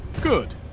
good